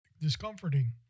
discomforting